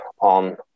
on